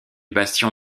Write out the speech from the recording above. bastion